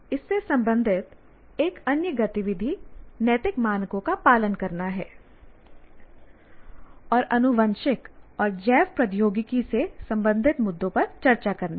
इससे संबंधित एक अन्य गतिविधि नैतिक मानकों का पालन करना है और आनुवांशिक और जैव प्रौद्योगिकी से संबंधित मुद्दों पर चर्चा करना है